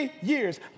years